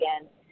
again